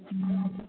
ह्म्म